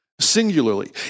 singularly